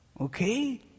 Okay